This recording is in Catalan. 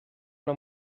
una